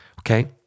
okay